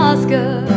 Oscar